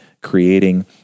creating